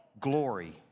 glory